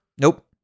Nope